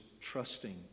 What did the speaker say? trusting